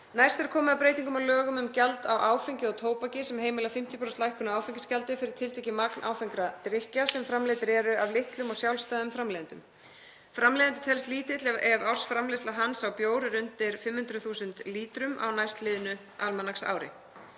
Næst er komið að breytingum á lögum um gjald á áfengi og tóbaki sem heimila 50% lækkun á áfengisgjaldi fyrir tiltekið magn áfengra drykkja sem framleiddir eru af litlum og sjálfstæðum framleiðendum. Framleiðandi telst lítill ef ársframleiðsla hans á bjór er undir 500.000 lítrum á næstliðnu almanaksári.